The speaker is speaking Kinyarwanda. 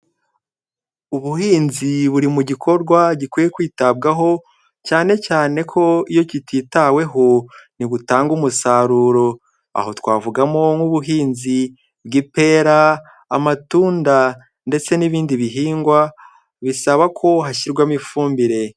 Ubuhinzi buri mu gikorwa gikwiye kwitabwaho cyane cyane ko iyo kititaweho ntibitanga umusaruro, aho twavugamo nk'ubuhinzi bw'ipera, amatunda ndetse n'ibindi bihingwa bisaba ko hashyirwamo ifumbire.